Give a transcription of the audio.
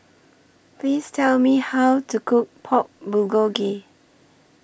Please Tell Me How to Cook Pork Bulgogi